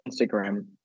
Instagram